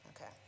Okay